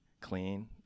clean